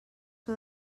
que